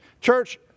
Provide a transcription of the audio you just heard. Church